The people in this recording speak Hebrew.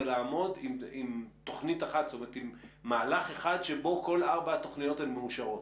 לעמוד עם תוכנית אחת עם מהלך אחד בו כל ארבע התוכניות מאושרות.